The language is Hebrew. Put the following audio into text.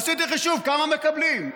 עשיתי חישוב כמה מקבלים.